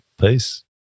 Peace